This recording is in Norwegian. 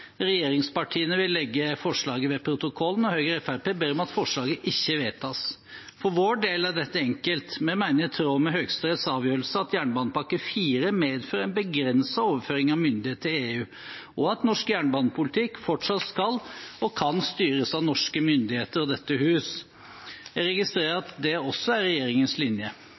Regjeringspartiene vil legge forslaget ved protokollen, og Høyre og Fremskrittspartiet ber om at forslaget ikke vedtas. For vår del er dette enkelt. Vi mener, i tråd med Høyesteretts avgjørelse, at jernbanepakke IV medfører en begrenset overføring av myndighet til EU, og at norsk jernbanepolitikk fortsatt skal og kan styres av norske myndigheter og dette hus. Jeg registrerer at det også er regjeringens linje.